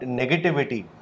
negativity